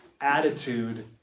attitude